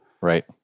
Right